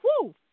woo